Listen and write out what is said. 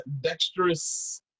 Dexterous